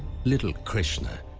little krishna!